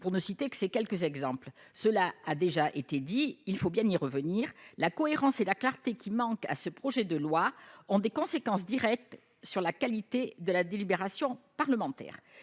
pour ne citer que ces quelques exemples. Cela a déjà été dit, mais il faut bien y revenir, la cohérence et la clarté qui manquent à ce projet de loi ont des conséquences directes sur la qualité de la délibération parlementaire.